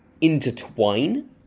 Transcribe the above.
intertwine